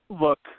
look